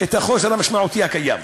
את הנדרש בחוסר המשמעותי הקיים.